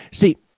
See